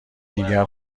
دیگر